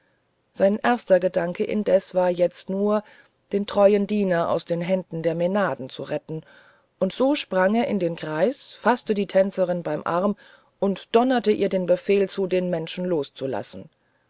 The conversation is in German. sein erster gedanke indes war jetzt nur den treuen diener aus den händen der mänaden zu retten und so sprang er in den kreis faßte die tänzerin beim arm und donnerte ihr den befehl zu den menschen loszulassen